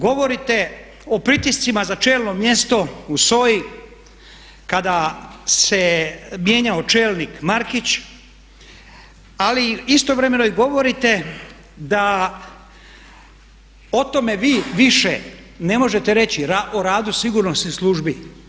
Govorite o pritiscima za čelno mjesto u SOA-i kada se mijenjao čelnik Markić, ali istovremeno i govorite da o tome vi više ne možete reći o radu sigurnosnih službi.